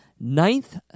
ninth